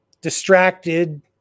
Distracted